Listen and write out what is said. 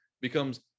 becomes